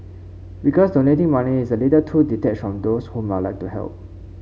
because donating money is a little too detached on those whom I'd like to help